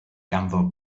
ganddo